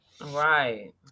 right